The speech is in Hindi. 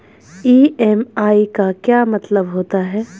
ई.एम.आई का क्या मतलब होता है?